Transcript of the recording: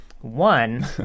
one